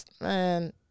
man